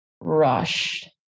rush